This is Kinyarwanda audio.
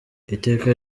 iteka